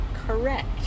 Correct